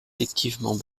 respectivement